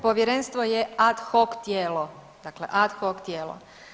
Povjerenstvo je ad hoc tijelo, dakle ad hoc tijelo.